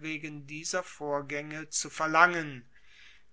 wegen dieser vorgaenge zu verlangen